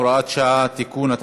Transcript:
הוראת שעה) (תיקון),